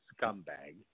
scumbag